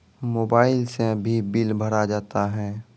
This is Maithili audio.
मोबाइल से भी बिल भरा जाता हैं?